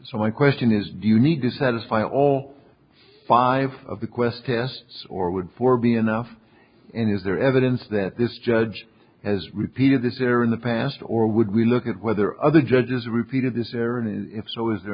so my question is do you need to satisfy all five of the qwest tests or would four be enough and is there evidence that this judge has repeated this error in the past or would we look at whether other judges repeated this error and if so is there